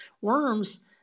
worms